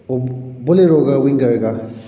ꯑꯣ ꯕꯣꯂꯦꯔꯣꯒ ꯋꯤꯡꯒꯔꯒ